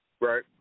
Right